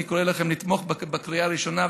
אני קורא לכם לתמוך בקריאה הראשונה.